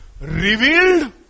revealed